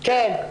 בבקשה.